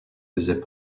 faisaient